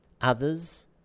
others